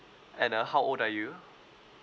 and uh how old are you